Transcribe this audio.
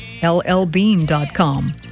LLbean.com